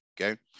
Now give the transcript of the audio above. Okay